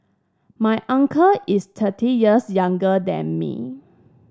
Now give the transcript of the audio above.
my uncle is thirty years younger than me